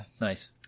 Nice